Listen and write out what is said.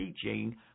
teaching